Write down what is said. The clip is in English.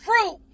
fruit